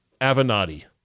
Avenatti